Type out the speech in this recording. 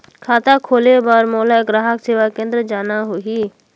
खाता खोले बार मोला ग्राहक सेवा केंद्र जाना होही?